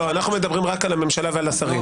אנחנו מדברים רק על הממשלה ועל השרים.